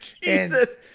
Jesus